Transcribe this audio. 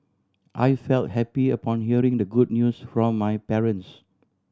I felt happy upon hearing the good news from my parents